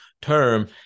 term